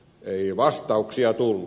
ei vastauksia tullut